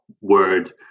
Word